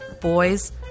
boys